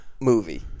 movie